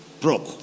Broke